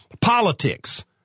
Politics